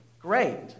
Great